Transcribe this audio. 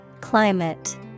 Climate